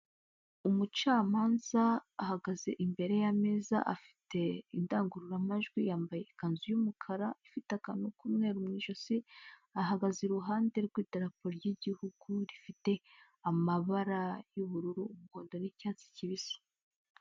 Umucamanza ahagaze imbere y'ameza afite indangururamajwi, yambaye ikanzu y'umukara ifite akantu k'umweru mu ijosi, ahagaze iruhande rw'idarapo ry'igihugu rifite amabara y'ubururu, umuhondo n'icyatsi kibisi.